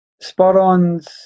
spot-ons